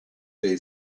they